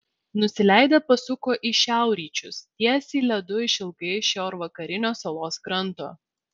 nusileidę pasuko į šiaurryčius tiesiai ledu išilgai šiaurvakarinio salos kranto